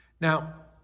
Now